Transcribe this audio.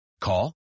Call